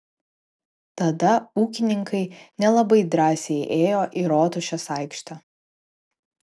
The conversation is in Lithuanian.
tada ūkininkai nelabai drąsiai ėjo į rotušės aikštę